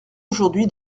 aujourd’hui